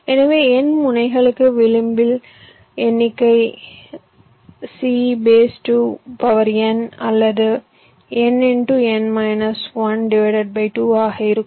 எனவே n முனைகளுக்கு விளிம்புகளின் எண்ணிக்கை C2n அல்லதுn n 1 2ஆக இருக்கும்